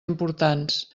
importants